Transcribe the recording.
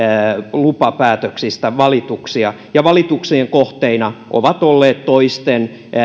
lupapäätöksistä valituksia ja valituksien kohteina ovat olleet toisten